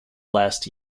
last